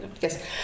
Yes